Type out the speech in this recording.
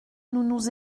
nous